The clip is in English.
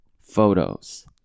photos